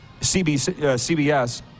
CBS